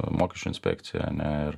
mokesčių inspekcija ane ir